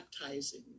baptizing